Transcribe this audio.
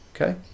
Okay